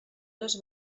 les